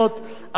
עברו.